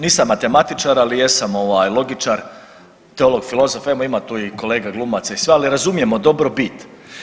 Nisam matematičar, ali jesam logičar, teolog, filozof, evo, ima tu i kolega glumaca i sve, ali razumijemo dobro bit.